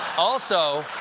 also,